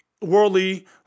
worldly